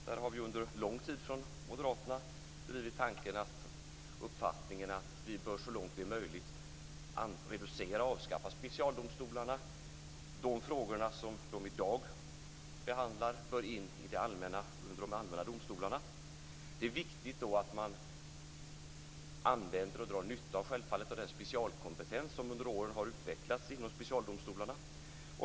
Vi har från moderaterna under lång tid drivit uppfattningen att specialdomstolarna så långt det är möjligt bör reduceras och avskaffas. De frågor som vi i dag behandlar går in under de allmänna domstolarna. Det är viktigt att man använder och drar nytta av den specialkompetens som under åren har utvecklats inom specialdomstolarna.